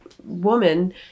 woman